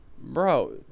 Bro